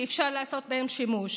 ואפשר לעשות בהן שימוש,